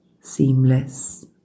seamless